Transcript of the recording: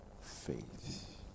faith